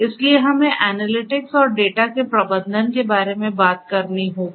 इसलिए हमें एनालिटिक्स और डेटा के प्रबंधन के बारे में बात करनी होगी